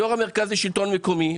יושב-ראש המרכז לשלטון מקומי,